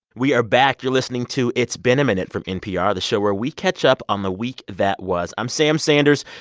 we are back. you're listening to it's been a minute from npr, the show where we catch up on the week that was. i'm sam sanders,